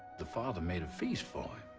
the father made a feast for